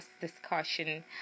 discussion